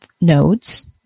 nodes